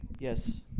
Yes